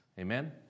Amen